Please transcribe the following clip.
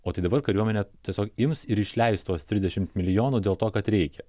o tai dabar kariuomenė tiesiog ims ir išleis tuos trisdešimt milijonų dėl to kad reikia